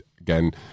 again